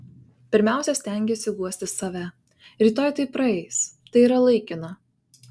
pirmiausia stengiesi guosti save rytoj tai praeis tai yra laikina